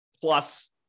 plus